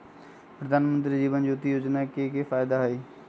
प्रधानमंत्री जीवन ज्योति योजना के की फायदा हई?